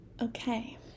Okay